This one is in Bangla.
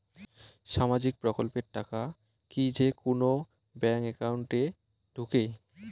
সামাজিক প্রকল্পের টাকা কি যে কুনো ব্যাংক একাউন্টে ঢুকে?